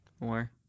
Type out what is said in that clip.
more